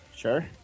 Sure